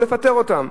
או שירצו לפטר אותן,